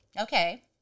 Okay